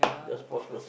just pause first